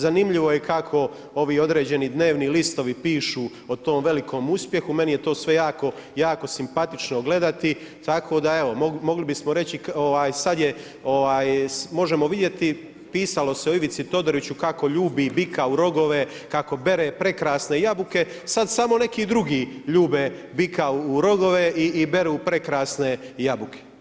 Zanimljivo je kako ovi određeni dnevni listovi pišu o tom velikom uspjehu, meni je to sve jako jako simpatično gledati, tako da, evo, mogli bismo reći, sada je, možemo vidjeti, pisalo se o Ivici Todoriću, kako ljubi bika u rogove, kako bere prekrasne jabuke, sada samo neki drugi ljude bika u rogove i beru prekrasne jabuke.